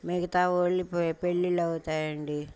మిగతావాళ్ళవి పెళ్ళిళ్ళు అవుతాయండి